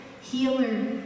healer